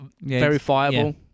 verifiable